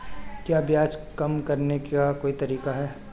क्या ब्याज कम करने का कोई तरीका है?